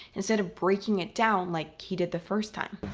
instead of breaking it down like he did the first time.